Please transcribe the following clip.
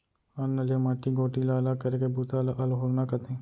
अन्न ले माटी गोटी ला अलग करे के बूता ल अल्होरना कथें